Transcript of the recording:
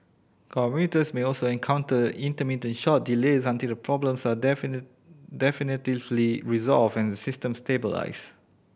commuters may also encounter intermittent short delays until the problems are definitively resolved and the system stabilised